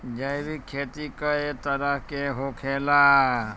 जैविक खेती कए तरह के होखेला?